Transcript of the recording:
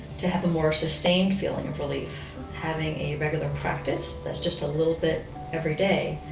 to have a more sustained feeling of relief. having a regular practice that's just a little bit every day,